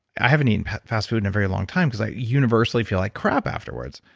i haven't eaten fast food in a very long time because i universally feel like crap afterwards.